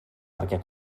perquè